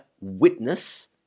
witness